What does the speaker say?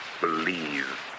believe